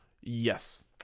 Yes